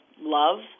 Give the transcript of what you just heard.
love